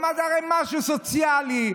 זה הרי משהו סוציאלי.